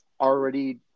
already